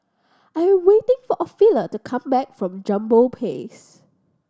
I'm waiting for Ophelia to come back from Jambol Place